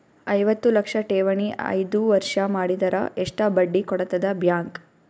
ಐವತ್ತು ಲಕ್ಷ ಠೇವಣಿ ಐದು ವರ್ಷ ಮಾಡಿದರ ಎಷ್ಟ ಬಡ್ಡಿ ಕೊಡತದ ಬ್ಯಾಂಕ್?